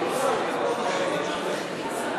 נא